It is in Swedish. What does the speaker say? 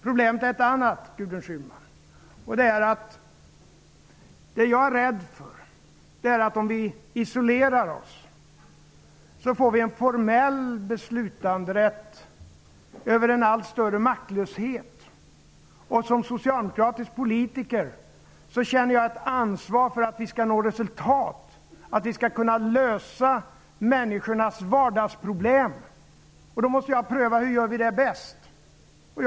Problemet är ett annat, Gudrun Schyman. Jag är rädd för att om vi isolerar oss får vi en formell beslutanderätt över en allt större maktlöshet. Som socialdemokratisk politiker känner jag ett ansvar för att vi skall nå resultat och för att vi skall kunna lösa människornas vardagsproblem. Då måste jag pröva hur vi bäst kan göra det.